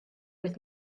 with